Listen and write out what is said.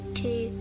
two